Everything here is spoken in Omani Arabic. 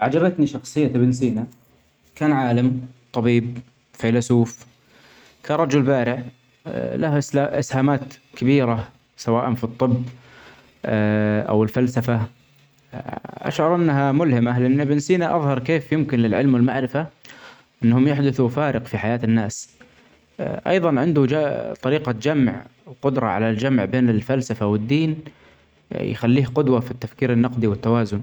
أعجبتني شخصية ابن سينا. كان عالم ، طبيب ، فيلسوف، كان رجل بارع له اس-اسهامات كبيرة في سواء في الطب أو الفلسفة أشعر أنها ملهمة لأن ابن سينا أظهر كيف يمكن للعلم والمعرفة أنهم يحدثوا فارق في حياة الناس. أيظا عندة ج- طريقة جمع وقدره علي الجمع بين الفلسفة والدين ي-يخلية قدوة في التفكير النقدي والتوازن.